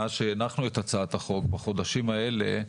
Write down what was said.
מאז שהנחנו את הצעת החוק בחודשים האלה,